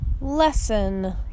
lesson